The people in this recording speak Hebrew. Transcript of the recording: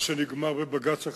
שנגמר בבג"ץ אחד,